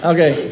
Okay